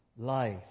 life